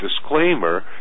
disclaimer